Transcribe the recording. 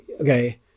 okay